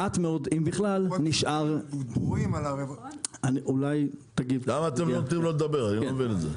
אם בכלל נשאר -- למה אתם לא נותנים לו לדבר אני לא מבין את זה?